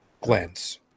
glance